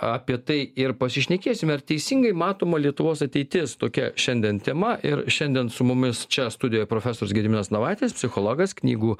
apie tai ir pasišnekėsime ar teisingai matoma lietuvos ateitis tokia šiandien tema ir šiandien su mumis čia studijoj profesorius gediminas navaitis psichologas knygų